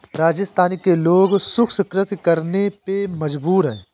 राजस्थान के लोग शुष्क कृषि करने पे मजबूर हैं